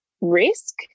risk